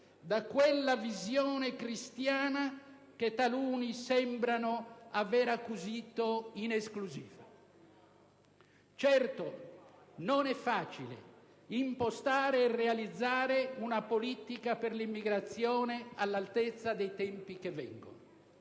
da quella visione cristiana che taluni sembrano avere acquisito in esclusiva. Certo, non è facile impostare e realizzare una politica per l'immigrazione all'altezza dei tempi che vengono.